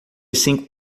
cinco